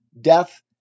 death